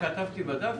השאלה.